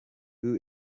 who